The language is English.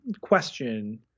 question